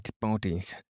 bodies